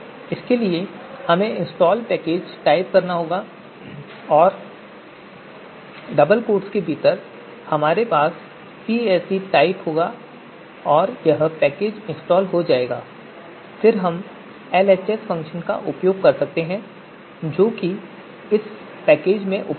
इसके लिए हमें installpackages टाइप करना होगा और डबल कोट्स के भीतर हमारे पास pse टाइप होगा और यह पैकेज इंस्टॉल हो जाएगा और फिर हम LHS फ़ंक्शन का उपयोग कर सकते हैं जो इस पैकेज में उपलब्ध है